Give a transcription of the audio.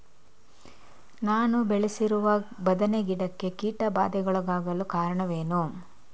ನಾನು ಬೆಳೆಸಿರುವ ಬದನೆ ಗಿಡಕ್ಕೆ ಕೀಟಬಾಧೆಗೊಳಗಾಗಲು ಕಾರಣವೇನು?